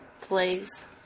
plays